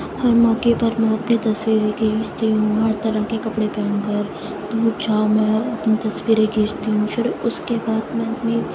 ہر موقع پر میں اپنی تصویریں کھینچتی ہوں ہر طرح کے کپڑے پہن کر دھوپ چھاؤں میں اپنی تصویرں کھینچتی ہوں پھر اس کے بعد میں اپنی